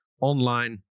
online